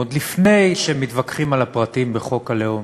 עוד לפני שמתווכחים על הפרטים בחוק הלאום.